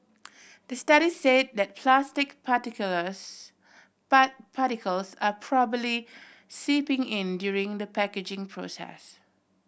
the study say that plastic particulars particles are probably seeping in during the packaging process